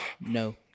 No